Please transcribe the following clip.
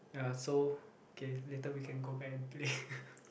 ya so okay later we can go back and play